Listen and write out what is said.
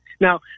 Now